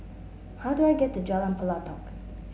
how do I get to Jalan Pelatok